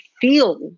feel